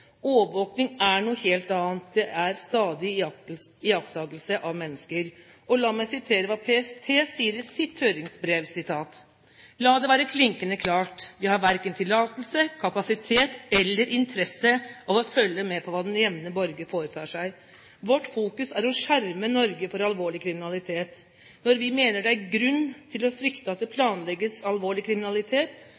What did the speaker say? er noe helt annet: det er stadig iakttakelse av mennesker. La meg sitere hva PST sier i sitt høringsinnlegg: «La det være klinkende klart: Vi har verken tillatelse, kapasitet eller interesse av å følge med på hva den jevne borger foretar seg. Vårt fokus er å skjerme Norge for alvorlig kriminalitet. Når vi mener det er grunn til å frykte at det